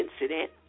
incident